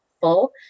full